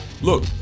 look